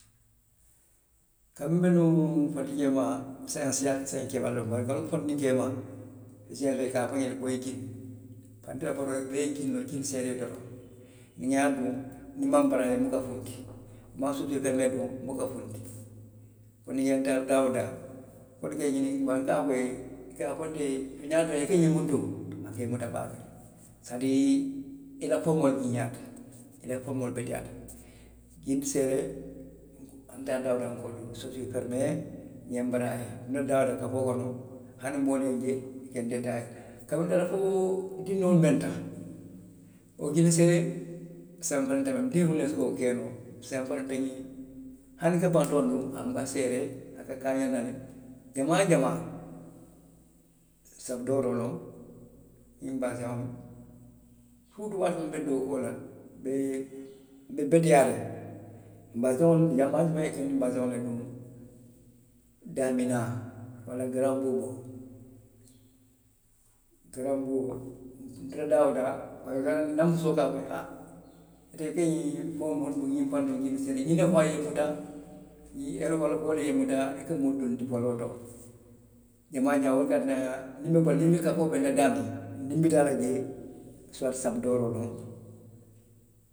Kabiriŋ be nuŋ, nfondinkee maa, saayiŋ nsiiyaata nkeebaayaata le domondiŋ, bari nfondinkeemaa. i ka a fo nňe le boyi jini. Te la pantaloŋolu bee mu jinoolu le ti. jiŋ seeree doroŋ. niŋ nŋa a duŋ. niŋ nmaŋ nbaraayee. nbuka funti. Nmaŋ sosiiri ferimee duŋ, nbuka funti. fo niw taata daa woo daa. niŋ i ye ňiniŋ, wolu ka a fo i ye, i ka a fo te ye tooňaa tooňaa i ka ňiŋ muŋ duŋ. a ka i muta baake le; se taa diiri i la forimoo le ňiiňaayaata i la forimoo le beteyaata. Jini seeree, sosiiri ferimee. nŋa nbarayee. Ndunta daa woodaa kafoo kono. hani moolu ye nje kabiriŋ ntaata fo dindiŋolu menta. wo jini seereeriŋolu. saayiŋ nfanaŋ tanbita wo la le, ndiŋolu le si wo kenoo, saayiŋ nfanaŋ te ňiŋ, hani nka pantaloŋolu duŋ. a muka seeree. a ka kaaxaŋ nna le. jamaa jamaa. sabadooroo loŋ, ňiŋ nbasewolu. siritu waatoo miŋ nbe dookuo la. nbe, nbe beteyaariŋ. nbaseŋo, nka baseŋolu le duŋ nuŋ. daaminaa. walla garaŋ nbuuboo, garaŋ nbuuboo. nbi taa daa woo daa. nna musoo ka a fo nňe a. i te i ka ňiŋ feŋolu minnu duŋ, ňiŋ pantaloŋ, ňiŋ tisetoo, ňiŋ ne faŋo ye i muta, yere olofoo, wo le ye i muta i ka minnu duŋ folonto. I maŋ a je wo le ye a tinna niŋ nbe, kafoo bayindi la daamiŋ, niŋ nbi taa la jee.